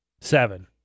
Seven